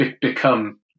become